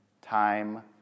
time